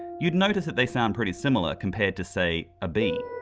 you'd notice that they sound pretty similar compared to, say, a b.